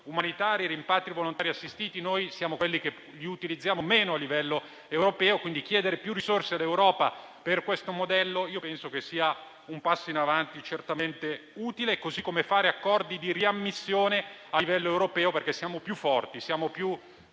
umanitari e dei rimpatri volontari assistiti: noi siamo quelli che li utilizziamo di meno a livello europeo, quindi chiedere maggiori risorse all'Europa per questo modello penso che sia un passo in avanti certamente utile, così come fare accordi di riammissione a livello europeo, perché siamo più forti e più